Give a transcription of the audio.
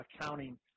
accounting